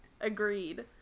agreed